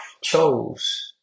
chose